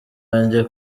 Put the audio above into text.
banjye